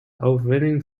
overwinning